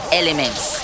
elements